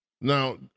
Now